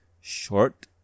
short